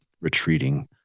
retreating